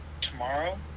tomorrow